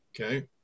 Okay